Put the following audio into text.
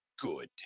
good